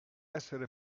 essere